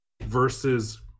versus